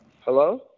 Hello